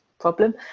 problem